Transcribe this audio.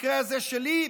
במקרה הזה שלי,